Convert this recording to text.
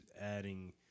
adding